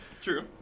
True